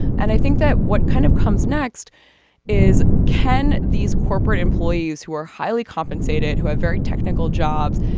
and i think that what kind of comes next is can these corporate employees who are highly compensated who have very technical jobs.